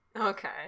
okay